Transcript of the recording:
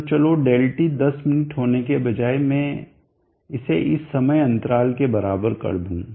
तो चलो ∆t 10 minute होने के बजाय मैं इसे इस समय अंतराल के बराबर कर दूंगा